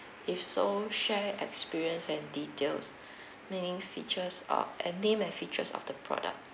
if so share experience and details meaning features uh and name and features of the product